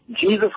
Jesus